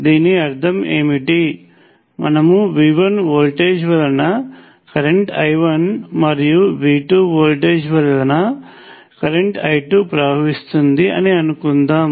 దీని అర్థం ఏమిటి మనము V1 వోల్టేజ్ వలన కరెంట్ I1 మరియు V2 వోల్టేజ్ వలన కరెంట్ I2 ప్రవహిస్తుంది అని అనుకుందాము